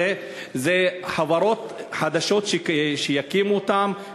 אלה חברות חדשות שיקימו אותן,